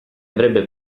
avrebbe